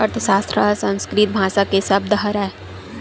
अर्थसास्त्र ह संस्कृत भासा के सब्द हरय